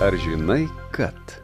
ar žinai kad